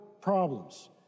problems